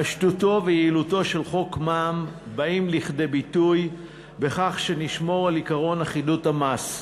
פשטותו ויעילותו של חוק מע"מ באות לביטוי בכך שנשמר עקרון אחידות המס.